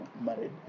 married